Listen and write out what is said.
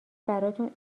براتون